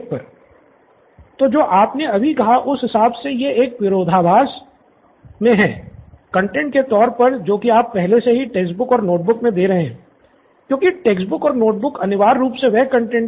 student Nithin तो जो आपने अभी कहा उस हिसाब से यह विरोधाभास करना चाहते हैं